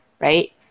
right